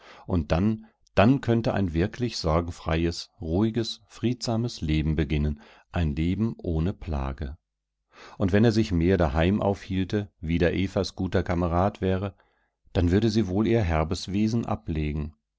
und dann dann könnte ein wirklich sorgenfreies ruhiges friedsames leben beginnen ein leben ohne plage und wenn er sich mehr daheim aufhielte wieder evas guter kamerad wäre dann würde sie wohl ihr herbes wesen ablegen